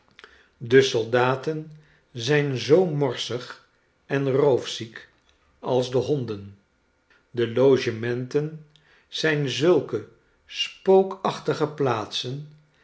de soldaten zijn zoo morsig en roofziek als de honden de logementen zijn zulke spookachtige plaatsen